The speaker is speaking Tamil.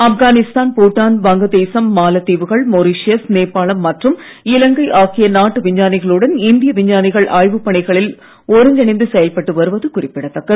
ஆப்கனிஸ்தான் பூட்டான் வங்கதேசம்மாலத்தீவுகள் மொரிசியஸ் நேபாளம் மற்றம் இலங்கை ஆகிய நாட்டு விஞ்ஞானிகளுடன் இந்திய விஞ்ஞானிகள் ஒருங்கிணைந்து செயல்பட்டு வருவது குறிப்பிடத்தக்கது